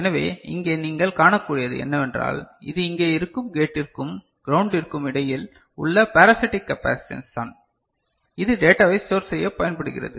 எனவே இங்கே நீங்கள் காணக்கூடியது என்னவென்றால் இது இங்கே இருக்கும் கேட்டிற்கும் கிரௌன்டிற்கும் இடையில் உள்ள பரசிடிக் கபசிடன்ஸ் தான் இது டேட்டாவை ஸ்டோர் செய்யப் பயன்படுகிறது